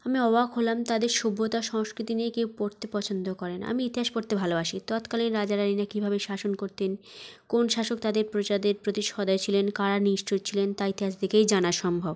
আমি অবাক হলাম তাদের সভ্যতা সংস্কৃতি নিয়ে কেউ পড়তে পছন্দ করে না আমি ইতিহাস পড়তে ভালোবাসি তৎকালীন রাজা রানিরা কীভাবে শাসন করতেন কোন শাসক তাদের প্রজাদের প্রতি সদয় ছিলেন কারা নিষ্ঠুর ছিলেন তা ইতিহাস থেকেই জানা সম্ভব